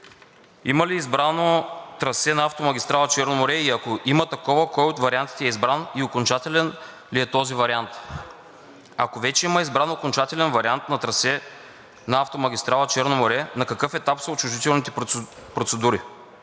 има ли избрано трасе на автомагистрала „Черно море“? Ако има такова, кой от вариантите е избран и окончателен ли е този вариант? Ако вече има избран окончателен вариант на трасе на автомагистрала „Черно море“, на какъв етап са отчуждителните процедури?